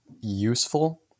useful